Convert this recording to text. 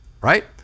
right